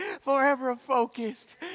forever-focused